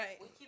right